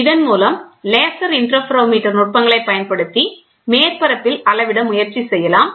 இதன் மூலம் laser interferometer நுட்பங்களைப் பயன்படுத்தி மேற்பரப்பில் அளவிட முயற்சி செய்யலாம்